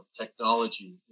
technology